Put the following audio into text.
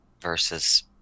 versus